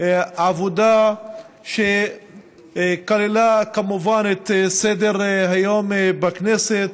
עבודה שכללה כמובן את סדר-היום בכנסת: